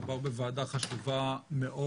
מדובר בוועדה חשובה מאוד